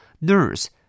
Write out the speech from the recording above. nurse